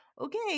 okay